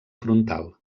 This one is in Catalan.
frontal